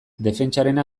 defentsarena